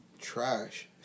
Trash